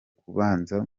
kubanza